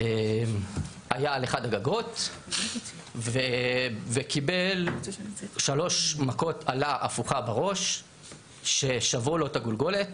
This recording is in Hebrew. היה על אחד הגגות וקיבל שלוש מכות אלה הפוכה בראש ששברו לו את הגולגולת,